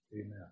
Amen